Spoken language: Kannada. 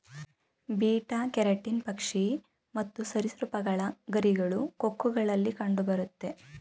ಬೀಟಾ ಕೆರಟಿನ್ ಪಕ್ಷಿ ಮತ್ತು ಸರಿಸೃಪಗಳ ಗರಿಗಳು, ಕೊಕ್ಕುಗಳಲ್ಲಿ ಕಂಡುಬರುತ್ತೆ